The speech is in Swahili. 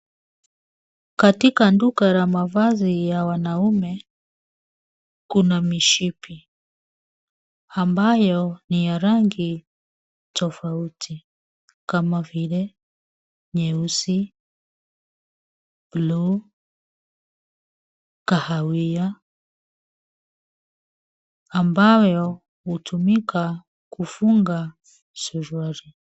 Katika duka la mavazi ya wanaume, kuna mishipi ambayo ni ya rangi tofauti kama vile nyeusi, buluu, kahawia, ambayo hutumika kufunga suruali.